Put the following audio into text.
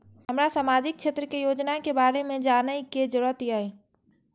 हमरा सामाजिक क्षेत्र के योजना के बारे में जानय के जरुरत ये?